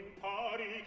party